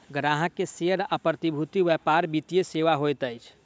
ग्राहक के शेयर आ प्रतिभूति व्यापार वित्तीय सेवा होइत अछि